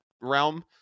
realm